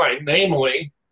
namely